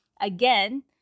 Again